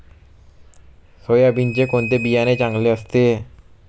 सोयाबीनचे कोणते बियाणे चांगले असते?